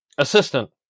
assistant